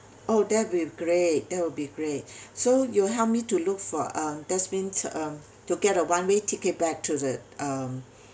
oh that'd be great that will be great so you help me to look for a that's mean um to get a one way ticket back to the um